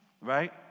right